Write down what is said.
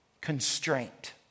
constraint